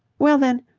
well, then,